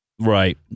Right